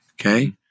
okay